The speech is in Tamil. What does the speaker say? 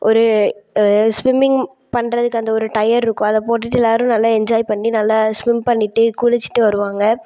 ஒரு ஸ்விமிங் பண்ணுறதுக்கு அந்த ஒரு டையர் இருக்கும் அதை போட்டுகிட்டு எல்லாேரும் நல்லா என்ஜாய் பண்ணி நல்லா ஸ்விம் பண்ணிவிட்டு குளிச்சுட்டு வருவாங்க